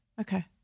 okay